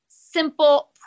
simple